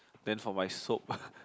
then for my soap